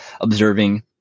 observing